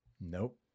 Nope